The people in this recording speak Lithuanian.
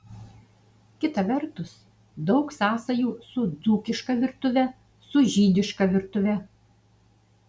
kita vertus daug sąsajų su dzūkiška virtuve su žydiška virtuve